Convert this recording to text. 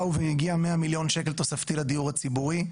באו והגיע 100 מיליון שקלים על התקציב הציבורי,